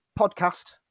podcast